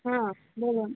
হ্যাঁ বলুন